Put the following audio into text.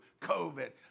COVID